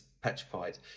petrified